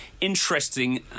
interesting